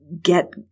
get